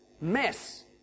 mess